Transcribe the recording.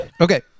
okay